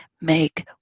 make